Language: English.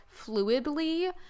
fluidly